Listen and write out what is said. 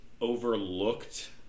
overlooked